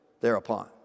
thereupon